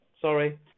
sorry